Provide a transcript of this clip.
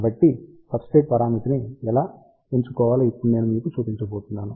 కాబట్టి సబ్స్ట్రేట్ పరామితిని ఎలా సరిగ్గా ఎంచుకోవాలో ఇప్పుడు నేను మీకు చూపించబోతున్నాను